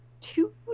two